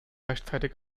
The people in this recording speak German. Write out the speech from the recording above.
rechtzeitig